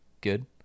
good